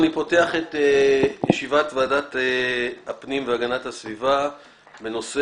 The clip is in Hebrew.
אני פותח את ישיבת ועדת הפנים והגנת הסביבה בנושא